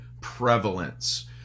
prevalence